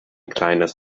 kleines